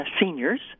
seniors